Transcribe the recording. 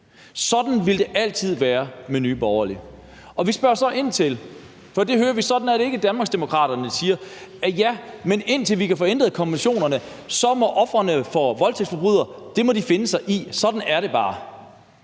Sådan vil det altid være med Nye Borgerlige. Men vi kan høre, at det ikke er sådan hos Danmarksdemokraterne, som siger: Ja, men indtil vi kan få ændret konventionerne, må ofrene for voldtægtsforbrydere finde sig i det, og sådan er det bare.